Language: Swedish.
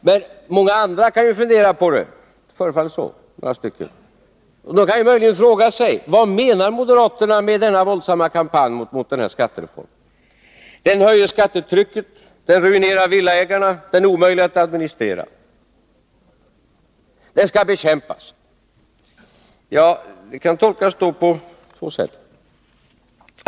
Men många andra kan fundera på hur detta skall gå till — det förefaller som om Det är några som också gör det. De kan möjligen fråga sig vad moderaterna menar med denna våldsamma kampanj mot skattereformen. Den höjer skattetrycket. Den ruinerar villaägarna. Den är omöjlig att administrera. Den skall bekämpas, säger moderaterna. Detta kan tolkas på två sätt.